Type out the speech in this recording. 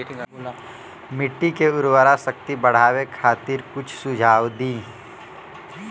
मिट्टी के उर्वरा शक्ति बढ़ावे खातिर कुछ सुझाव दी?